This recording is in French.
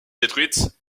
détruites